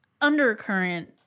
undercurrent